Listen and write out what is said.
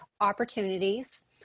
opportunities